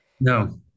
No